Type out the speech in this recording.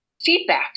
feedback